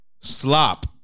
slop